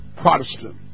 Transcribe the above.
Protestant